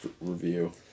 review